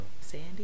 Sandy